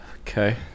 Okay